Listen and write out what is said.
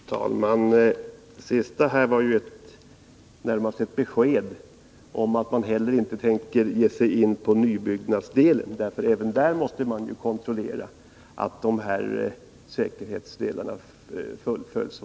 Herr talman! Det som sades sist var beklagligtvis närmast ett besked om att man inte heller vad gäller nybyggnationen tänker ta upp dessa frågor. Även i den delen måste man ju kontrollera att säkerhetsföreskrifterna följs.